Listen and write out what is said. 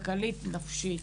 כלכלית ונפשית.